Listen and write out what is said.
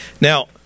Now